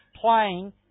playing